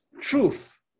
truth